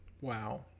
Wow